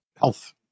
health